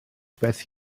beth